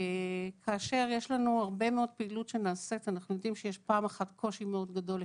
אנחנו יודעים שיש קושי מאוד גדול,